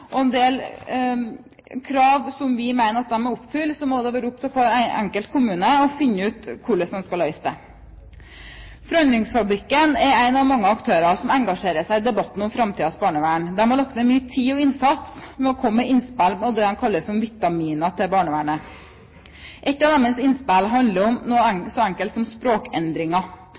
krav som vi mener at de har oppfylt, må det være opp til hver enkelt kommune å finne ut hvordan man skal løse det. Forandringsfabrikken er en av mange aktører som engasjerer seg i debatten om framtidens barnevern. De har lagt ned mye tid og innsats for å komme med innspill og det de kaller Vitaminer til barnevernet. Et av deres innspill handler om noe så enkelt som språkendringer.